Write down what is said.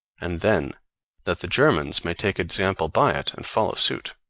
and then that the germans may take example by it and follow suit.